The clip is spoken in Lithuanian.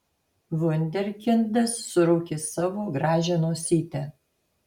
vunderkindas suraukė savo gražią nosytę